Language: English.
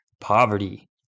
poverty